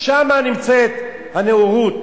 שם נמצאת הנאורות.